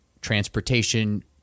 transportation